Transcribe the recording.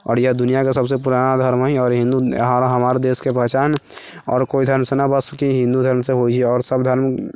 आओर यह दुनिआँके सभसँ पुराना धर्म हइ आओर हिन्दू हमारा देशके पहचान आओर कोइ धर्मसँ न बा बस हिन्दू धर्मसँ होइ छै आओर सभधर्म